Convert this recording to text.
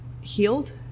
healed